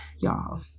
y'all